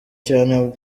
cyane